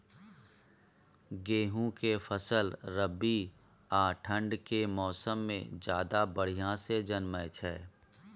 गेहूं के फसल रबी आ ठंड के मौसम में ज्यादा बढ़िया से जन्में छै?